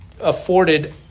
afforded